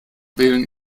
wählen